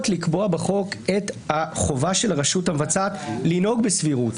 לקבוע בחוק את החובה של הרשות המבצעת לנהוג בסבירות,